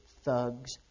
thugs